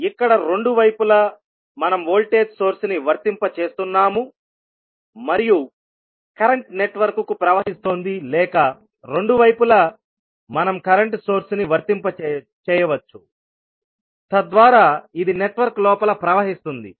ఇక్కడ రెండు వైపులామనం వోల్టేజ్ సోర్స్ ని వర్తింపజేస్తున్నాము మరియు కరెంట్ నెట్వర్క్కు ప్రవహిస్తోంది లేక రెండు వైపులామనం కరెంట్ సోర్స్ ని వర్తింప చేయవచ్చు తద్వారా ఇది నెట్వర్క్ లోపల ప్రవహిస్తుంది